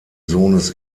sohnes